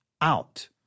out